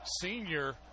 senior